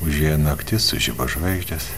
užėjo naktis sužibo žvaigždės